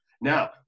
Now